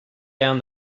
down